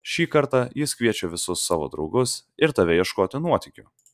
šį kartą jis kviečia visus savo draugus ir tave ieškoti nuotykių